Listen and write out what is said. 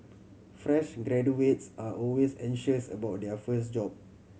fresh graduates are always anxious about their first job